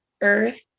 earth